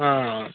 अ